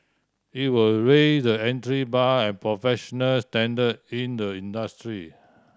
it will raise the entry bar and professional standard in the industry